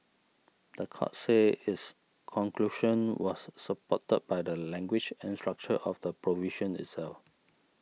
the court said its conclusion was supported by the language and structure of the provision itself